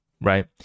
right